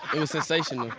it was sensational.